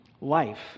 Life